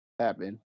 Happen